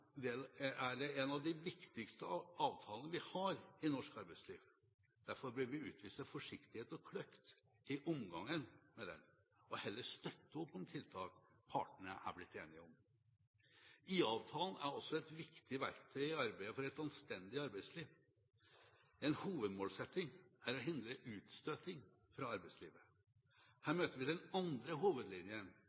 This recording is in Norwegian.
en av de viktigste avtalene vi har i norsk arbeidsliv. Derfor bør vi utvise forsiktighet og kløkt i omgangen med den og heller støtte opp om tiltak partene er blitt enige om. IA-avtalen er også et viktig verktøy i arbeidet for et anstendig arbeidsliv. En hovedmålsetting er å hindre utstøting fra arbeidslivet. Her møter vi den andre hovedlinjen